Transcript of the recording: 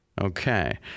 Okay